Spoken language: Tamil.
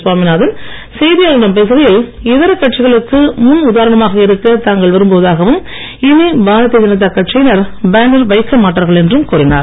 சுவாமிநாதன் செய்தியாளர்களிடம் பேசுகையில் இதர கட்சிகளுக்கு முன் உதாரணமாக தாங்கள் விரும்புவதாகவும் இனி பாரதீய ஜனதா கட்சியினர் பேனர் வைக்க மாட்டார்கள் என்றும் கூறினார்